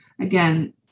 again